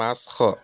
পাঁচশ